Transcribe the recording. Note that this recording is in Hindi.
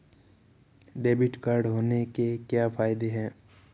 डेबिट कार्ड होने के क्या फायदे हैं?